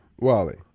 Wally